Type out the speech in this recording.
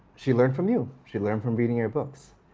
she learned from you. she learned from reading your books.